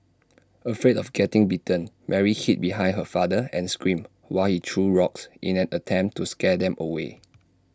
afraid of getting bitten Mary hid behind her father and screamed while threw rocks in an attempt to scare them away